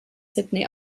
sydney